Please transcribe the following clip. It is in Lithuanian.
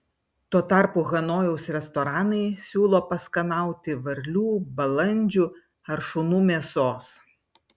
tuo tarpu hanojaus restoranai siūlo paskanauti varlių balandžių ar šunų mėsos